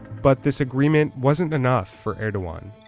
but this agreement wasn't enough for erdogan.